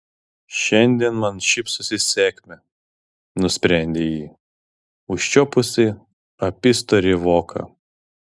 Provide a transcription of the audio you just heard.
šiandien man šypsosi sėkmė nusprendė ji užčiuopusi apystorį voką